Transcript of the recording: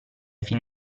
fin